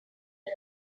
him